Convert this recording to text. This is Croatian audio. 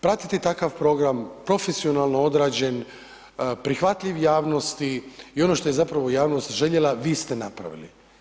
Pratiti takav program profesionalno odrađen, prihvatljiv javnosti i ono što je zapravo javnost željela vi ste napravili.